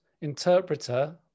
interpreter